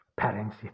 parents